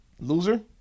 Loser